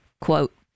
quote